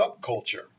Subculture